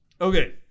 Okay